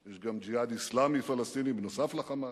יש גם "ג'יהאד" אסלאמי פלסטיני, נוסף על ה"חמאס".